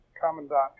Commandant